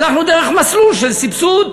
הלכנו דרך מסלול של סבסוד.